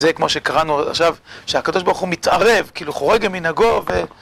זה כמו שקראנו עכשיו, שהקב". הוא מתערב, כאילו, חורג ממנהגו.